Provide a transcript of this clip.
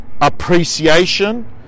appreciation